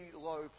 low